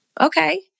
okay